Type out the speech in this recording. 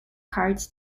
cards